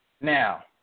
Now